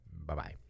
Bye-bye